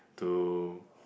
to